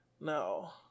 No